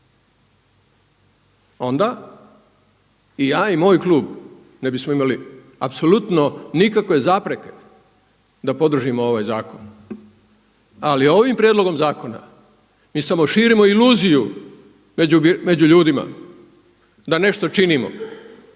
Onda i ja i moj klub ne bismo imali apsolutno nikakve zapreke da podržimo ovaj zakon, ali ovim prijedlogom zakona mi samo širimo iluziju među ljudima da nešto činimo